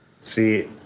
See